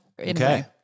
Okay